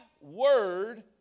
word